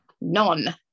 None